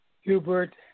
Hubert